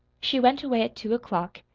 she went away at two o'clock,